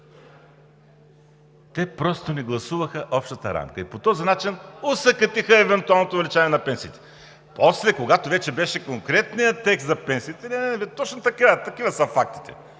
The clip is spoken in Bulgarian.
те просто не гласуваха общата рамка и по този начин осакатиха евентуалното увеличаване на пенсиите. После, когато вече беше конкретният текст за пенсиите – точно такива са фактите